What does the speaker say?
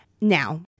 Now